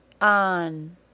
on